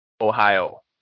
Ohio